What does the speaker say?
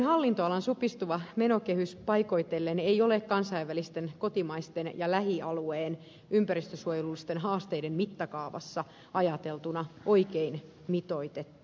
ympäristöministeriön hallinnonalan supistuva menokehys paikoitellen ei ole kansainvälisten kotimaisten ja lähialueen ympäristönsuojelullisten haasteiden mittakaavassa ajateltuna oikein mitoitettu